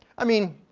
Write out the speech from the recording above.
i mean,